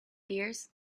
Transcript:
dears